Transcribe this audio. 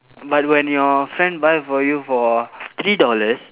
but when you friend buy for you for three dollars